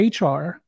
hr